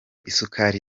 isukari